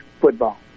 football